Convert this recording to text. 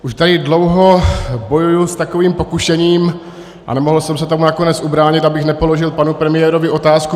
Už tady dlouho bojuji s takovým pokušením a nemohl jsem se tomu nakonec ubránit, abych nepoložil panu premiérovi otázku.